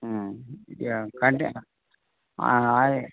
ఇక కంటే ఆ అది